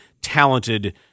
talented